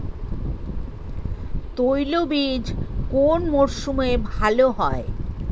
তৈলবীজ কোন মরশুমে ভাল হয়?